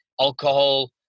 alcohol